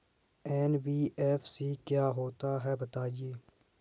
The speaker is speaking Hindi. एन.बी.एफ.सी क्या होता है बताएँ?